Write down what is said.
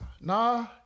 nah